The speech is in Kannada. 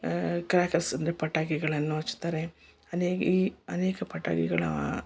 ಕ್ರಾಕರ್ಸ್ ಅಂದರೆ ಪಟಾಕಿಗಳನ್ನು ಹಚ್ತಾರೆ ಅನೇಕ ಅನೇಕ ಪಟಾಕಿಗಳ